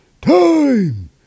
time